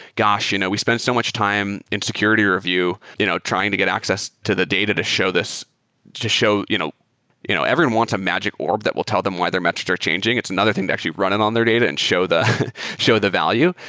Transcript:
gosh! you know we spent so much time in security review you know trying to get access to the data to show this to show you know you know everyone wants a magic orb that will tell them whether metrics are changing. it's another thing to actually run it on their data and show the show the value.